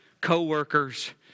co-workers